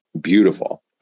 beautiful